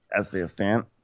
assistant